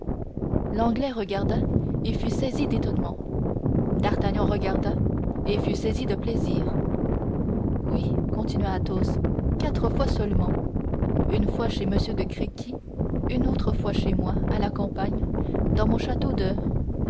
l'anglais regarda et fut saisi d'étonnement d'artagnan regarda et fut saisi de plaisir oui continua athos quatre fois seulement une fois chez m de créquy une autre fois chez moi à la campagne dans mon château de